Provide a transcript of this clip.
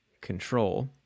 control